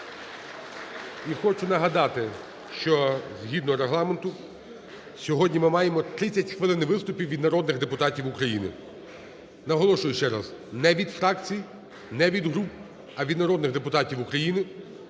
І хочу нагадати, що згідно Регламенту сьогодні ми маємо 30 хвилин виступів від народних депутатів України. Наголошую ще раз, не від фракцій, не від груп, а від народних депутатів України.